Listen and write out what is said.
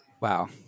Wow